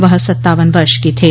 वह सत्तावन वर्ष के थे